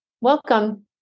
Welcome